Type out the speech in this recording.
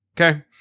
Okay